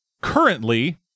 Currently